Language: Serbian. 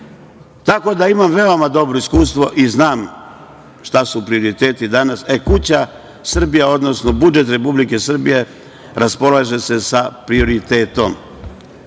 da, imam veoma dobro iskustvo i znam šta su prioriteti danas. Kuća Srbija, odnosno budžet Republike Srbije raspolaže se sa prioritetom.